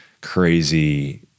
crazy